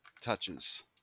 touches